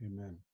amen